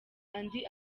andi